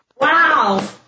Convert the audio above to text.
Wow